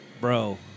Bro